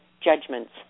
judgments